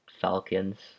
Falcons